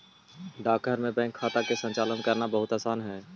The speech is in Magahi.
डाकघर में बैंक खाता के संचालन करना बहुत आसान हइ